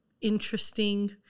interesting